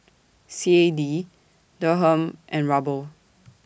C A D Dirham and Ruble